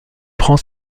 prend